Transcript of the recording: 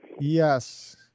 Yes